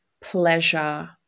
pleasure